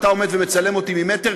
אתה עומד ומצלם אותי ממטר,